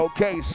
Okay